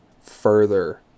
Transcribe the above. further